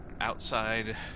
outside